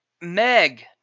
Meg